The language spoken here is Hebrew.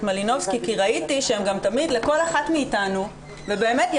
מלינובסקי כי ראיתי שתמיד לכל אחת מאתנו ובאמת,